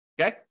Okay